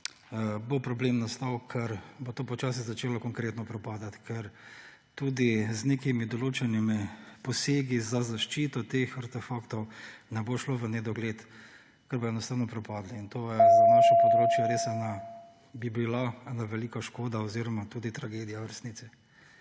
bo problem nastal, ker bo to počasi začelo konkretno propadati. Ker tudi z nekimi odločenimi posegi za zaščito teh artefaktov ne bo šlo v nedogled, ker bodo enostavno propadli. To bi bila za naše področje res ena velika škoda oziroma tudi tragedija v resnici.